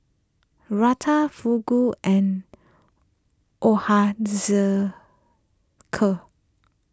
Raita Fugu and